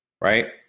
right